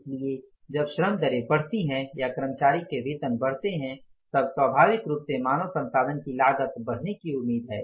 इसलिए जब श्रम दरें बढ़ती हैं या कर्मचारी के वेतन बढ़ते तब स्वाभाविक रूप से मानव संसाधन की लागत बढ़ने की उम्मीद है